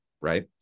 right